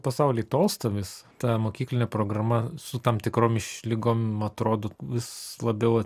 pasaulyje tolsta vis ta mokyklinė programa su tam tikrom išlygom atrodo vis labiau